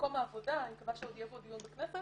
במקום העבודה, אני מקווה שעוד יהיה פה דיון בכנסת.